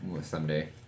Someday